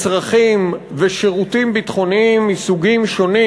מצרכים ושירותים ביטחוניים מסוגים שונים